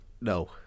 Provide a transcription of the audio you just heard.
No